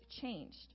changed